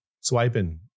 swiping